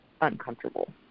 uncomfortable